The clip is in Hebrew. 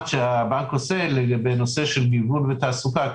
שהבנק עושה בנושא של גיוון בתעסוקה,